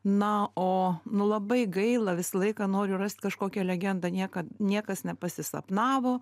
na o nu labai gaila visą laiką noriu rast kažkokią legendą niekad niekas nepasisapnavo